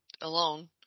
alone